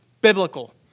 biblical